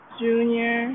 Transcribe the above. junior